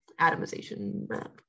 atomization